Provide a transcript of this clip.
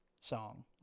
song